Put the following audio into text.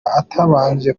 atabanje